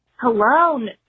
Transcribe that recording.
Hello